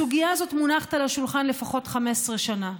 הסוגיה הזאת מונחת על השולחן לפחות 15 שנה.